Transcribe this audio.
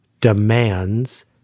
demands